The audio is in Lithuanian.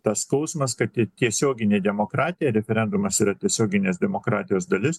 tas skausmas kad tiesioginė demokratija referendumas yra tiesioginės demokratijos dalis